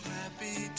happy